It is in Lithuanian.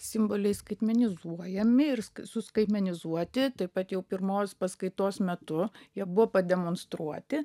simboliai skaitmenizuojami ir suskaitmenizuoti taip pat jau pirmos paskaitos metu jie buvo pademonstruoti